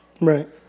Right